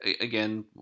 again